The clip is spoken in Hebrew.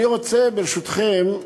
אני רוצה, ברשותכם,